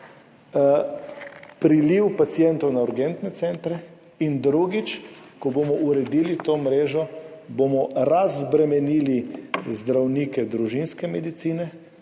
priliv pacientov na urgentne centre, in drugič, ko bomo uredili to mrežo, bomo razbremenili zdravnike družinske medicine,